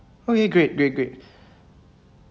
okay great great great